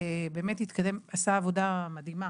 באמת התקדם, עשה עבודה מדהימה